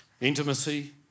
Intimacy